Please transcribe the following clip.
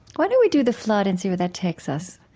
why don't we do the flood and see where that takes us?